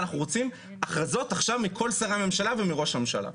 אנחנו רוצים הכרזות עכשיו מכל שרי הממשלה ומראש הממשלה.